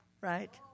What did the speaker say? right